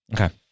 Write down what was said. Okay